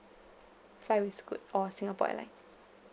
fly with Scoot or Singapore Airlines